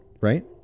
Right